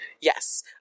Yes